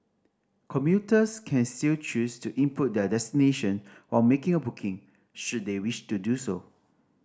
commuters can still choose to input their destination or making a booking should they wish to do so